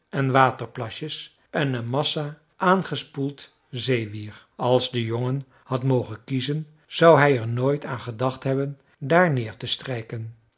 en waterplasjes en een massa aangespoeld zeewier als de jongen had mogen kiezen zou hij er nooit aan gedacht hebben daar neer te strijken